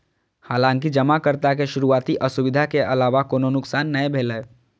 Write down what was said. हालांकि जमाकर्ता के शुरुआती असुविधा के अलावा कोनो नुकसान नै भेलै